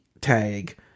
tag